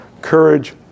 courage